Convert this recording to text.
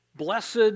Blessed